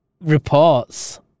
reports